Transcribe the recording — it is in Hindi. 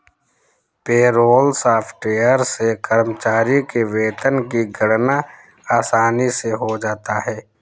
पेरोल सॉफ्टवेयर से कर्मचारी के वेतन की गणना आसानी से हो जाता है